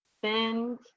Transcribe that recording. send